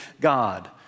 God